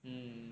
mm